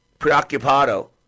preoccupado